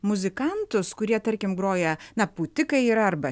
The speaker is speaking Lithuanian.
muzikantus kurie tarkim groja na pūtikai yra arba